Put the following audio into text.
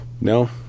no